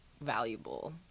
valuable